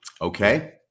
Okay